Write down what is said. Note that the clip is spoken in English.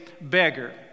beggar